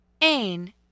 Ain